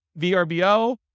VRBO